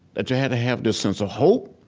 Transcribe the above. that you had to have this sense of hope,